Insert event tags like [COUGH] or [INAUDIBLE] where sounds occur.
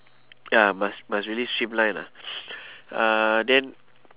ya must must really streamline lah [NOISE] uh then